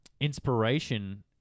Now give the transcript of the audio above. inspiration